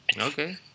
Okay